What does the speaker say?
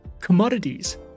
Commodities